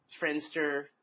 Friendster